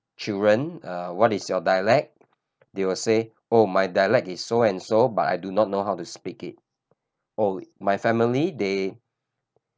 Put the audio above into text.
children uh what is your dialect they will say oh my dialect is so and so but I do not know how to speak it or my family they